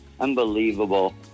unbelievable